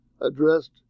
addressed